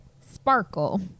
Sparkle